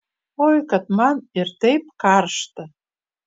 oi kad man ir taip karšta